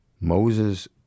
Moses